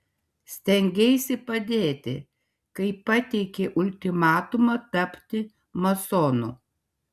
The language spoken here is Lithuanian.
stengeisi padėti kai pateikei ultimatumą tapti masonu